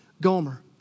Gomer